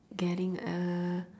getting a